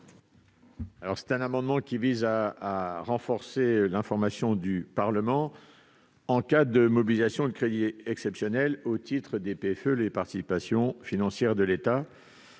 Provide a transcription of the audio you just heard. Cet amendement vise à renforcer l'information du Parlement en cas de mobilisation de crédits exceptionnels au titre des participations financières de l'État